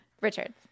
Richard